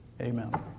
Amen